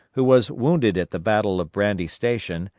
who was wounded at the battle of brandy station,